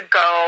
go